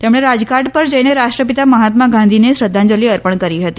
તેમણે રાજઘાટ પર જઈને રાષ્ટ્રપિતા મહાત્મા ગાંધીને શ્રદ્ધાંજલિ અર્પણ કરી હતી